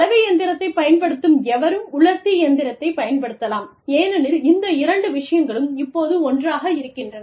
சலவை இயந்திரத்தைப் பயன்படுத்தும் எவரும் உலர்த்தி இயந்திரத்தைப் பயன்படுத்தலாம் ஏனெனில் இந்த இரண்டு விஷயங்களும் இப்போது ஒன்றாக இருக்கின்றன